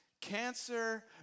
cancer